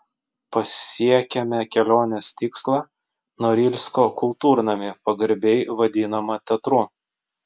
pasiekėme kelionės tikslą norilsko kultūrnamį pagarbiai vadinamą teatru